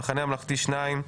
המחנה הממלכתי שניים,